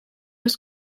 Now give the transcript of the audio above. was